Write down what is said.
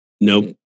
Nope